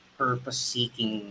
purpose-seeking